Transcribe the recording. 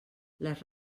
les